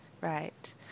right